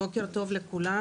בוקר טוב לכולם.